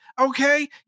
Okay